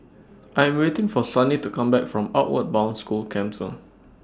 I Am waiting For Sunny to Come Back from Outward Bound School Camp two